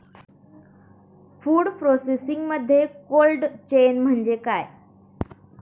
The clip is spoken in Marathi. फूड प्रोसेसिंगमध्ये कोल्ड चेन म्हणजे काय?